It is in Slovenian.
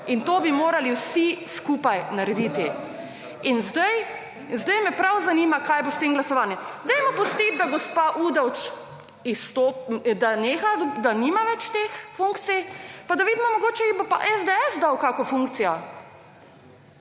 in to bi morali vsi skupaj narediti in zdaj, zdaj me prav zanima, kaj bo s tem glasovanjem. Dajmo pustit, da gospa Udovč izsto…, da neha, da nima več teh funkcij, pa da vidimo, mogoče ji bo pa SDS dal kako funkcijo,